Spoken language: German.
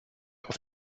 auf